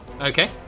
okay